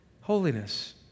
Holiness